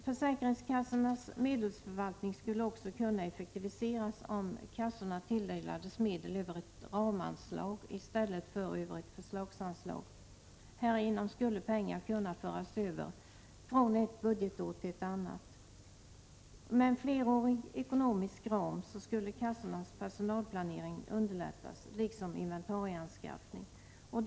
Försäkringskassornas medelsförvaltning skulle kunna effektiviseras, om kassorna tilldelas medel över ett ramanslag i stället för över ett förslagsanslag. Härigenom skulle pengar kunna föras över från ett budgetår till ett annat. Med en flerårig ekonomisk ram skulle kassornas personalplanering liksom deras inventarieanskaffning underlättas.